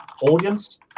audience